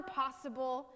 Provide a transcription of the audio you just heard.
possible